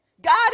God